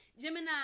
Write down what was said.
Gemini